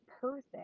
person